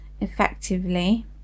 effectively